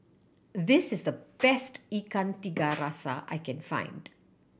this is the best Ikan Tiga Rasa I can find